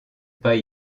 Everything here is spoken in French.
pas